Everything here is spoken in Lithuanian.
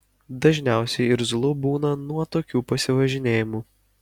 dažniausiai irzlu būna nuo tokių pasivažinėjimų